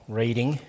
reading